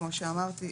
כמו שאמרתי,